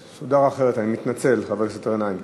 זה סודר אחרת, אני מתנצל, חבר הכנסת גנאים,